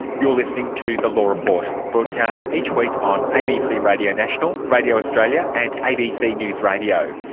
you're listening to the law report broadcast each week on abc radio national, radio australia and abc news radio.